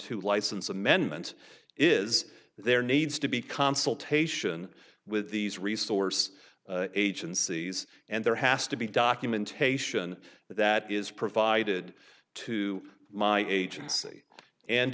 two license amendment is there needs to be consultation with these resource agencies and there has to be documentation that is provided to my agency and